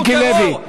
מיקי לוי.